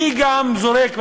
מי גם זורק?